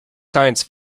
science